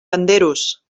panderos